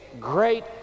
great